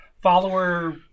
follower